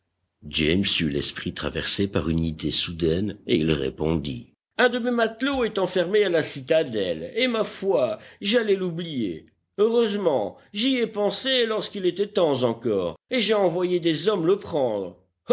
eut l'esprit traversé par une idée soudaine et il répondit un de mes matelots est enfermé à la citadelle et ma foi j'allais l'oublier heureusement j'y ai pensé lorsqu'il était temps encore et j'ai envoyé des hommes le prendre